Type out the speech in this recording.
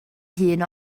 hun